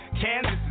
Kansas